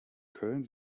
köln